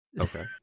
Okay